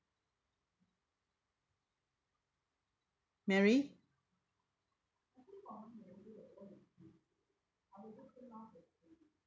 mary